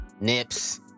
Nips